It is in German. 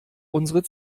unsere